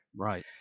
Right